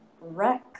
wreck